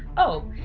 oh,